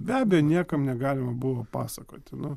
be abejo niekam negalima buvo pasakoti nu